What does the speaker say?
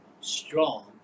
strong